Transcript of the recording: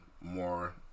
more